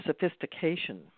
sophistication